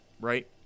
Right